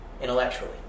intellectually